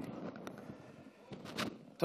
הוא הכחיש שהרביצו לליכודניקים.